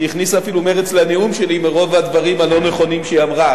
כי היא הכניסה אפילו מרץ לנאום שלי מרוב הדברים הלא-נכונים שהיא אמרה.